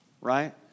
right